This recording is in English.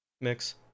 mix